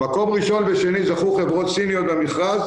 מקום ראשון ושני זכו חברות סיניות במכרז,